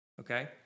Okay